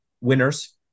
winners